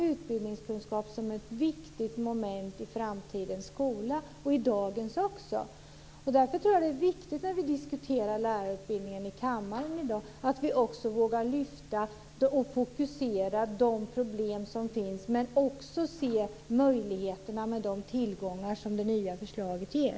Utbildningskunskap är ett viktigt moment i framtidens, och också i dagens, skola. Därför tror jag att det är viktigt att vi när vi diskuterar lärarutbildningen i kammaren i dag vågar lyfta fram och fokusera de problem som finns, men också ser möjligheterna och de tillgångar som det nya förslaget ger.